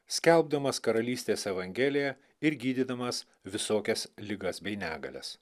skelbdamas karalystės evangeliją ir gydydamas visokias ligas bei negalias